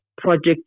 project